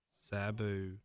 Sabu